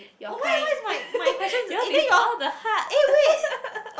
your kind yours is all the heart